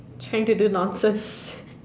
trying to do nonsense